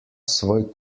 svoj